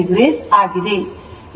99o ಆಗಿದೆ